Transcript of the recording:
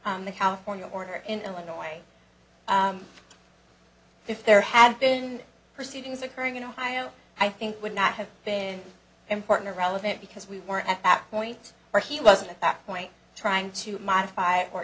on the california order in illinois if there had been proceedings occurring in ohio i think would not have been important or relevant because we were at that point where he was at that point trying to modify or